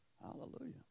hallelujah